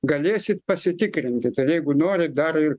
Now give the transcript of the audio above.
galėsit pasitikrinkit ir jeigu norit dar ir